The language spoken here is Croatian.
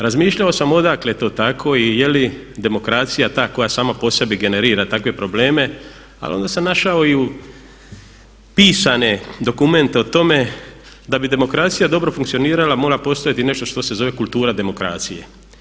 Razmišljao sam odakle to tako i je li demokracija ta koja sama po sebi generira takve probleme ali onda sam i našao pisane dokumente o tome da bi demokracija dobro funkcionirala mora postojati nešto što se zove kultura demokracije.